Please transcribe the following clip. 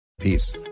Peace